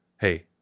Hey